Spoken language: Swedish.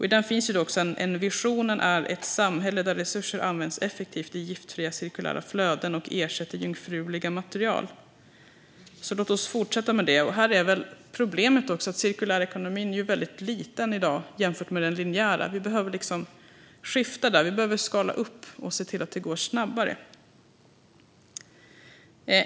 I den finns en vision om ett samhälle där resurser används effektivt i giftfria cirkulära flöden och ersätter jungfruliga material. Låt oss fortsätta med det. Här är problemet att den cirkulära ekonomin i dag är väldigt liten jämfört med den linjära. Vi behöver skifta där, skala upp och se till att det går snabbare.